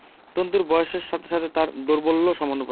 তন্তুর বয়সের সাথে সাথে তার দৌর্বল্য সমানুপাতিক